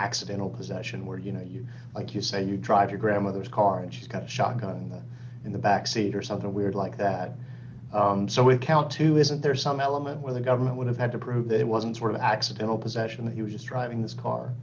accidental possession where you know you like you say you drive your grandmother's car and she's got a shotgun in the back seat or something weird like that so we count too isn't there some element where the government would have had to prove that it wasn't accidental possession he was driving this car